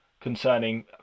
concerning